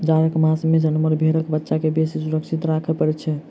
जाड़क मास मे जनमल भेंड़क बच्चा के बेसी सुरक्षित राखय पड़ैत छै